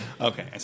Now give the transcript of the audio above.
Okay